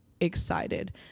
excited